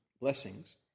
blessings